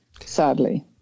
sadly